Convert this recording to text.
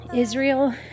Israel